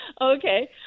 Okay